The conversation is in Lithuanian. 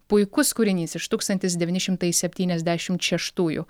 puikus kūrinys iš tūkstantis devyni šimtai septyniasdešimt šeštųjų